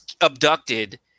abducted